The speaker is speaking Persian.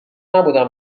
نبودم